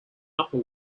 upper